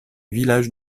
villages